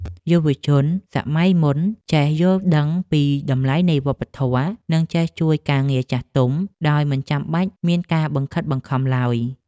យុវជនសម័យមុនចេះយល់ដឹងពីតម្លៃនៃវប្បធម៌ និងចេះជួយការងារចាស់ទុំដោយមិនចាំបាច់មានការបង្ខិតបង្ខំឡើយ។